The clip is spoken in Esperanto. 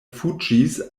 fuĝis